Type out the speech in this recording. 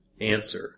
answer